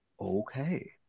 okay